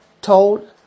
told